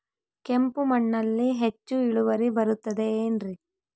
ಕೆಂಪು ಮಣ್ಣಲ್ಲಿ ಹೆಚ್ಚು ಇಳುವರಿ ಬರುತ್ತದೆ ಏನ್ರಿ?